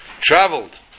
traveled